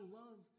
love